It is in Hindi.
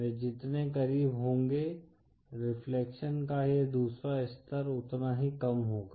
वे जितने करीब होंगे रिफ्लेक्शन का यह दूसरा स्तर उतना ही कम होगा